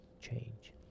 change